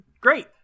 Great